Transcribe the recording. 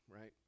right